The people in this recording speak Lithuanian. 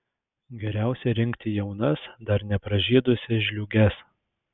geriausia rinkti jaunas dar nepražydusias žliūges